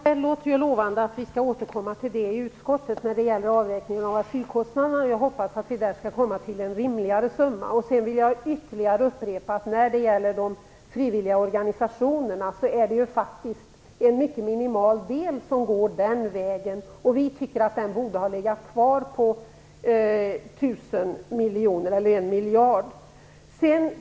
Herr talman! Det låter lovande att vi skall återkomma till frågan om avräkningen av asylkostnaderna i utskottet. Jag hoppas att vi då skall komma fram till en rimligare summa. Jag vill upprepa att det är en minimal andel av biståndet som går via de frivilliga organisationerna och att vi tycker att andelen 1 miljard borde ha varit kvar.